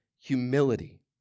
Humility